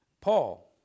Paul